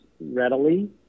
readily